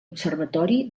observatori